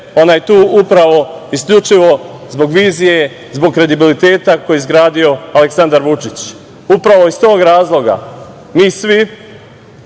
ona je tu isključivo zbog vizije, zbog kredibiliteta koji je izgradio Aleksandar Vučić. Upravo iz tog razloga mi svi